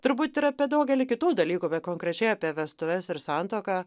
turbūt ir apie daugelį kitų dalykų konkrečiai apie vestuves ir santuoką